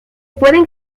pueden